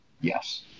Yes